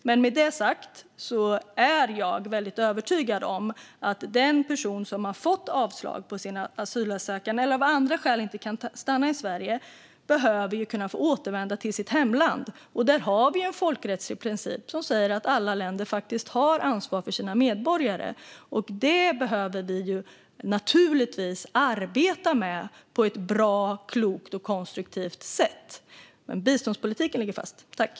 Med det sagt är jag väldigt övertygad om att den person som har fått avslag på sin asylansökan eller av andra skäl inte kan stanna i Sverige behöver kunna få återvända till sitt hemland. Där har vi en folkrättslig princip som säger att alla länder faktiskt har ansvar för sina medborgare, och det behöver vi naturligtvis arbeta med på ett bra, klokt och konstruktivt sätt. Biståndspolitiken ligger dock fast.